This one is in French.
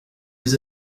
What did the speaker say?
des